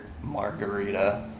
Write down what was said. margarita